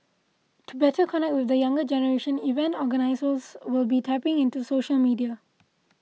to better connect with the younger generation event organisers will be tapping into social media